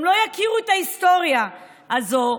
הם לא יכירו את ההיסטוריה הזו,